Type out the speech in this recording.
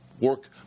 work